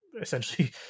essentially